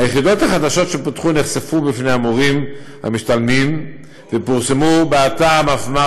היחידות החדשות שפותחו נחשפו בפני המורים המשתלמים ופורסמו באתר המפמ"ר,